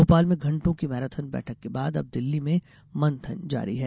भोपाल में घंटों की मैराथन बैठक के बाद अब दिल्ली में मंथन जारी है